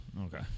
okay